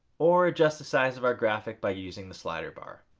or adjust the size of our graphic by using the slider bar.